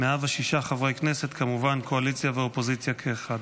106 חברי כנסת, כמובן קואליציה ואופוזיציה כאחד.